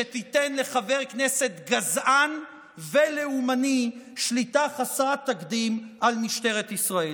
שתיתן לחבר כנסת גזען ולאומני שליטה חסרת תקדים על משטרת ישראל.